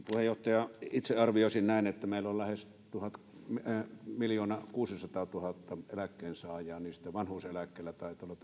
puheenjohtaja itse arvioisin näin että kun meillä on lähes miljoonakuusisataatuhatta eläkkeensaajaa ja heistä vanhuuseläkkeellä taitaa olla